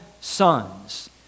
sons